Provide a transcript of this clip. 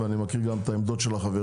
אני מכיר גם את העמדות של החברים,